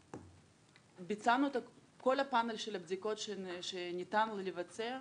ביצענו את כל הפנל של הבדיקות שניתן לבצע.